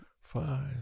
five